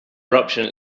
eruption